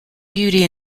beauty